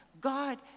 God